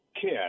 kid